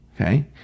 Okay